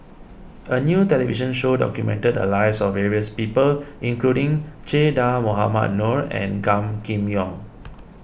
a new television show documented the lives of various people including Che Dah Mohamed Noor and Gan Kim Yong